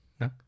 No